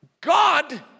God